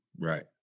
Right